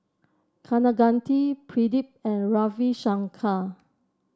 Kaneganti Pradip and Ravi Shankar